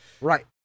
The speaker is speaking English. Right